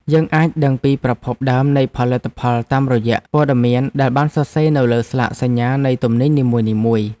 យើងអាចដឹងពីប្រភពដើមនៃផលិតផលតាមរយៈព័ត៌មានដែលបានសរសេរនៅលើស្លាកសញ្ញានៃទំនិញនីមួយៗ។